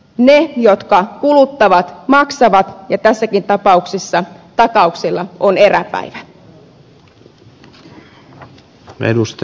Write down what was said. ne jotka kuluttavat maksavat ja tässäkin tapauksessa takauksilla on eräpäivä